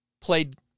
played